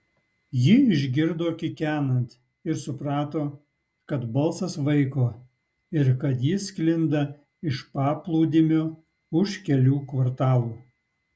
ji išgirdo kikenant ir suprato kad balsas vaiko ir kad jis sklinda iš paplūdimio už kelių kvartalų